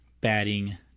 batting